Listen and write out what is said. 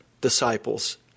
disciples